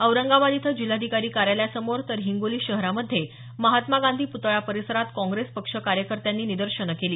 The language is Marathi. औरंगाबाद इथं जिल्हाधिकारी कार्यालयासमोर तर हिंगोली शहरामध्ये महात्मा गांधी पुतळा परिसरात काँग्रेस पक्ष कार्यकर्त्यांनी निदर्शनं केली